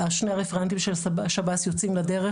שני רפרנטים של שב"ס יוצאים לדרך,